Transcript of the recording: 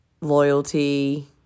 loyalty